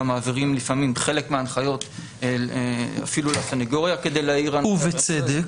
מעבירים לפעמים חלק מההנחיות אפילו לסנגוריה -- ובצדק.